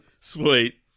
Sweet